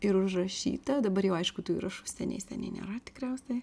ir užrašyta dabar jau aišku tų įrašų seniai seniai nėra tikriausiai